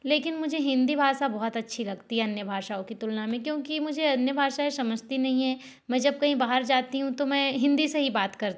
लेकिन मुझे हिंदी भाषा बहुत अच्छी लगती है अन्य भाषाओं की तुलना में क्योंकि मुझे अन्य भाषाएँ समझती नहीं है मैं जब कहीं बाहर जाती हूँ तो मैं हिंदी से ही बात करती